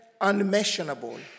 unmentionable